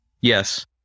Yes